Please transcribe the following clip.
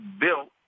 built